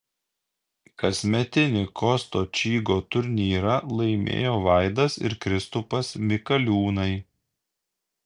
kasmetinį kosto čygo turnyrą laimėjo vaidas ir kristupas mikaliūnai